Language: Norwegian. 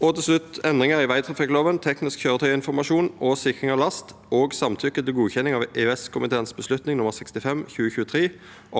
26. (509) Endringer i vegtrafikkloven (teknisk kjøretøyinformasjon og sikring av last) og samtykke til godkjenning av EØS-komiteens beslutning nr. 65/2023